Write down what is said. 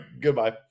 Goodbye